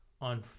on